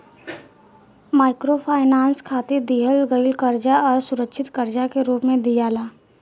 microfinance खातिर दिहल गईल कर्जा असुरक्षित कर्जा के रूप में दियाला